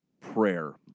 prayer